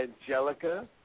Angelica